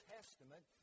Testament